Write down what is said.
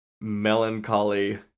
melancholy